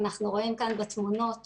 אנחנו רואים כאן בתמונות